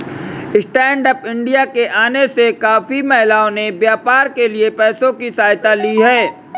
stand up India के आने से काफी महिलाओं ने व्यापार के लिए पैसों की सहायता ली है